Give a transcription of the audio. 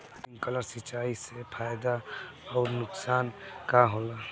Sprinkler सिंचाई से फायदा अउर नुकसान का होला?